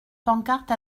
pancarte